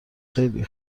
خیلی